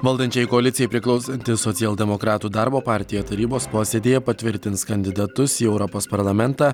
valdančiajai koalicijai priklausanti socialdemokratų darbo partija tarybos posėdyje patvirtins kandidatus į europos parlamentą